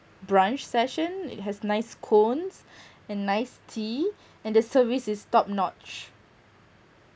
brunch session it has nice cones and nice tea and the service is top notch